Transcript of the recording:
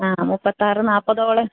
ആ മുപ്പത്താറ് നാൽപ്പതോളം